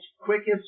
quickest